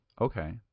Okay